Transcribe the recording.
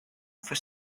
for